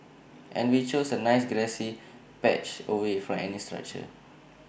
and we chose A nice grassy patch away from any structures